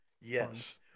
Yes